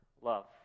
love